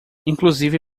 inclusive